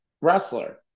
wrestler